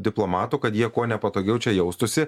diplomatų kad jie kuo nepatogiau čia jaustųsi